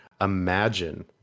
Imagine